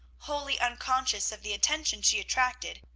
wholly unconscious of the attention she attracted,